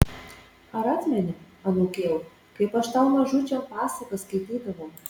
ar atmeni anūkėl kaip aš tau mažučiam pasakas skaitydavau